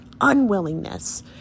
unwillingness